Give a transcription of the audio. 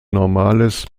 normales